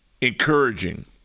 encouraging